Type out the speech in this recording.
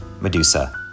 Medusa